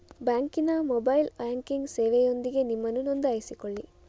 ಬ್ಯಾಂಕಿನ mobile banking ಸೇವೆಯೊಂದಿಗೆ ನಿಮ್ಮನ್ನು ನೋಂದಾಯಿಸಿಕೊಳ್ಳಿ